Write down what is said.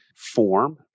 form